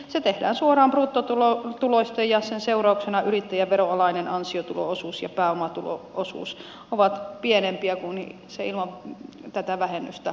se tehdään suoraan bruttotuloista ja sen seurauksena yrittäjän veronalainen ansiotulo osuus ja pääomatulo osuus ovat pienempiä kuin ne ilman tätä vähennystä olisivat